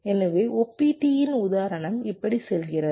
எனவே ஒப்பீட்டீயின் உதாரணம் இப்படி செல்கிறது